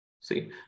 See